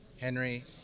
Henry